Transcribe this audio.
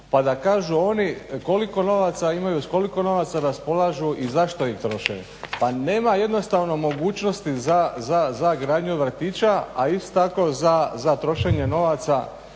pa da kažu oni koliko novaca imaju s koliko novaca raspolažu i zašto ih troše. Pa nema jednostavno mogućnosti za gradnju vrtića, a isto tako za trošenje novaca